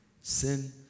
Sin